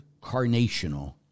carnational